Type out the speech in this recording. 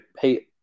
pay